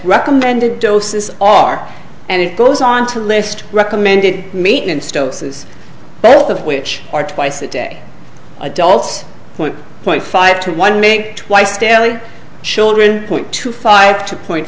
recommended doses are and it goes on to list recommended maintenance doses both of which are twice a day adults point point five to one make twice daily children point two five two point